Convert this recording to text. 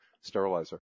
sterilizer